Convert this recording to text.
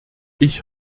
ich